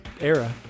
era